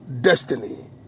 destiny